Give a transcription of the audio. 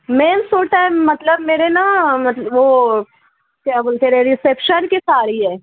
میم سو ٹائم مطلب میرے نا مطلب وہ کیا بولتے رے ریسپشن کی ساڑی ہے